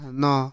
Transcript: no